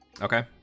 Okay